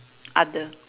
other